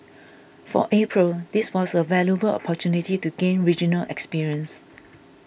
for April this was a valuable opportunity to gain regional experience